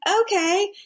okay